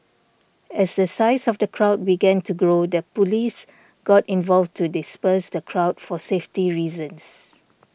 as the size of the crowd began to grow the police got involved to disperse the crowd for safety reasons